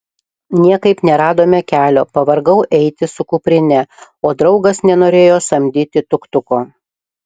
niekaip neradome kelio pavargau eiti su kuprine o draugas nenorėjo samdyti tuk tuko